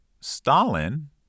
Stalin